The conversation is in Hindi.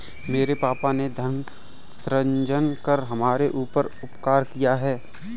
मेरे पापा ने धन सृजन कर हमारे ऊपर उपकार किया है